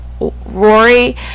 Rory